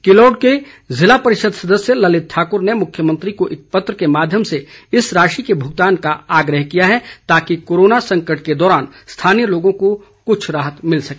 किलोड़ के जिला परिषद सदस्य ललित ठाकूर ने मुख्यमंत्री को एक पत्र के माध्यम से इस राशि के भुगतान का आग्रह किया है ताकि कोरोना संकट के दौरान स्थानीय लोगों को कुछ राहत मिल सके